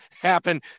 happen